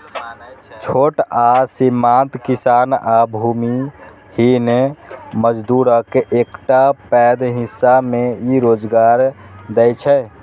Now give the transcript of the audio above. छोट आ सीमांत किसान आ भूमिहीन मजदूरक एकटा पैघ हिस्सा के ई रोजगार दै छै